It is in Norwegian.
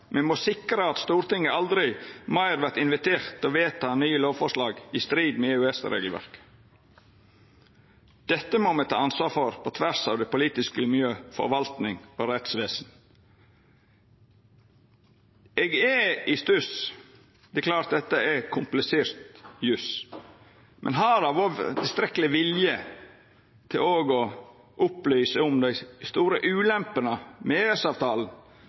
Me må sikra at Stortinget aldri meir vert invitert til å vedta nye lovforslag i strid med EØS-regelverket. Dette må me ta ansvar for på tvers av det politiske miljøet, forvaltninga og rettsvesenet. Eg er i stuss – det er klart at dette er komplisert jus. Men har det vore tilstrekkeleg vilje til å opplysa om dei store ulempene med